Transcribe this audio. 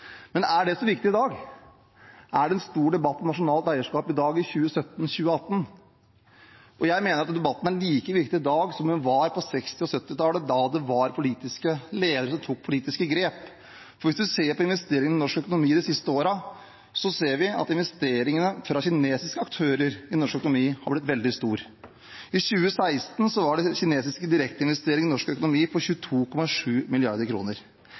Men er det så viktig i dag? Er det en stor debatt om nasjonalt eierskap i dag, i 2017–2018? Jeg mener at debatten er like viktig i dag som den var på 1960- og 1970-tallet, da det var politiske ledere som tok politiske grep. Hvis man ser på investeringene i norsk økonomi de siste årene, ser vi at investeringene fra kinesiske aktører har blitt veldig store. I 2016 var de kinesiske direkteinvesteringene i norsk økonomi på 22,7